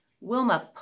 Wilma